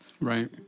Right